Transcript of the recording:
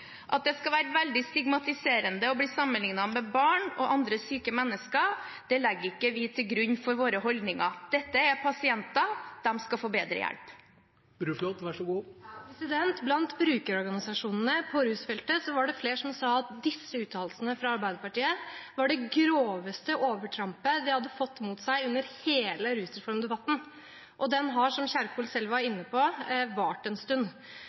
At det skal være veldig stigmatiserende å bli sammenlignet med barn og andre syke mennesker, legger ikke vi til grunn for våre holdninger. Dette er pasienter. De skal få bedre hjelp. Blant brukerorganisasjonene på rusfeltet var det flere som sa at disse uttalelsene fra Arbeiderpartiet var det groveste overtrampet de hadde fått mot seg under hele rusreformdebatten, og den har, som Kjerkol selv var inne på, vart en stund.